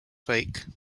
fake